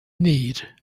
need